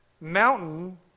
mountain